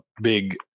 big